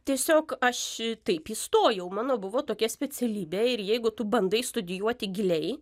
tiesiog aš taip įstojau mano buvo tokia specialybė ir jeigu tu bandai studijuoti giliai